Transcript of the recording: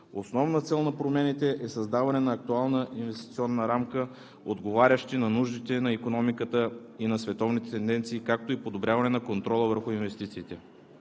Основна цел на промените е създаване на актуална инвестиционна рамка, отговаряща на нуждите на икономиката и на световните тенденции, както и подобряване на контрола върху инвестициите.